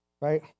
right